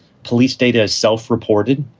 police data is self reported.